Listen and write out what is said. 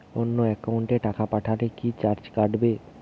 অন্য একাউন্টে টাকা পাঠালে কি চার্জ কাটবে?